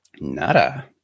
Nada